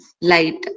light